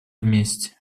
вместе